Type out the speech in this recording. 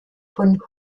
von